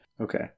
Okay